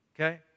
Okay